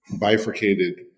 bifurcated